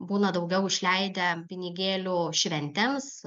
būna daugiau išleidę pinigėlių šventėms